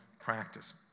practice